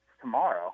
tomorrow